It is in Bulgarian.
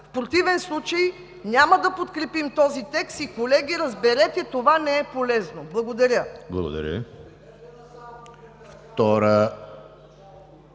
В противен случай няма да подкрепим този текст и, колеги, разберете – това не е полезно. Благодаря.